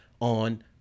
on